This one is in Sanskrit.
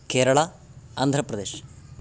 केरळा आन्ध्रप्रदेशः